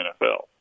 NFL